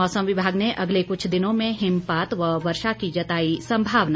मौसम विभाग ने अगले कुछ दिनों में हिमपात व वर्षा की जताई संभावना